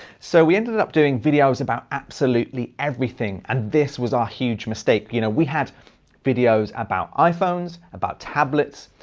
so we ended up doing videos about absolutely everything, and this was our huge mistake. you know, we had videos about iphones, about tablets,